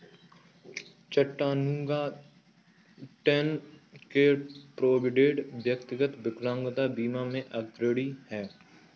Chattanooga, Tenn के Provident, व्यक्तिगत विकलांगता बीमा में अग्रणी हैं